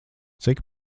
cik